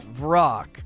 Vrock